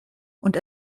und